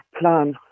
plan